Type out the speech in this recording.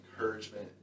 encouragement